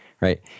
Right